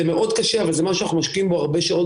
זה מאוד קשה אבל זה משהו שאנחנו משקיעים בו הרבה שעות